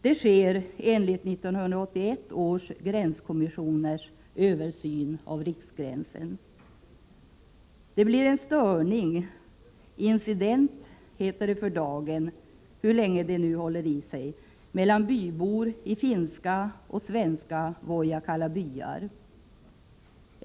Det sker enligt 1981 års gränskommissioners översyn av riksgränsen. Det blir en störning — incident heter det för dagen; hur länge det nu håller i sig — mellan bybor i finska och svenska Vojakkala byar.